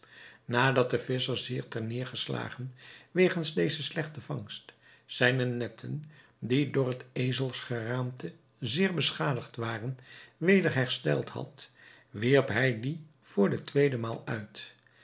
nadat de visscher zeer ter neêrgeslagen wegens deze slechte vangst zijne netten die door het ezelsgeraamte zeer beschadigd waren weder hersteld had wierp hij die voor de tweede maal uit